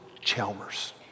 Chalmers